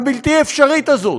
הבלתי-אפשרית, הזאת,